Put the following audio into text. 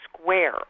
square